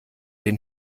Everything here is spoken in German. den